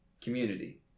community